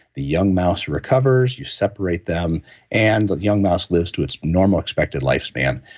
the young mouse recovers. you separate them and the young mouse lives to its normal expected lifespan.